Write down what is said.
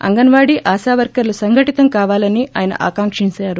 అంగన్వాడీ ఆశా వర్కర్లు సంఘటితం కావాలని ఆయన ఆకాంక్షిందారు